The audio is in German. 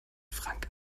frank